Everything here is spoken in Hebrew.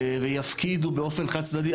ויפקידו באופן חד צדדי,